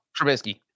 Trubisky